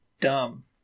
dumb